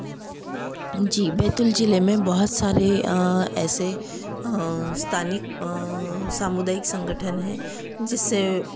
जी बैतूल जिले में बहुत सारे ऐसे स्थानिक सामुदायिक संगठन हैं जिससे